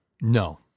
No